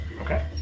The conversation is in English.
Okay